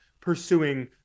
pursuing